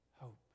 hope